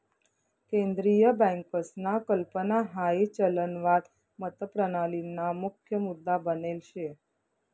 केंद्रीय बँकसना कल्पना हाई चलनवाद मतप्रणालीना मुख्य मुद्दा बनेल शे